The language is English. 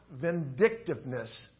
vindictiveness